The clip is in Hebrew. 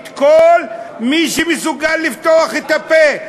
את כל מי שמסוגל לפתוח את הפה.